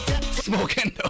Smoking